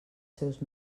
seus